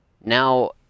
Now